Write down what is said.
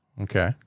Okay